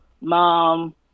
mom